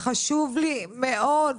זה חשוב לי מאוד.